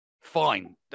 fine